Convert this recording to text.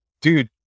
dude